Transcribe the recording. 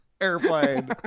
airplane